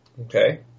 Okay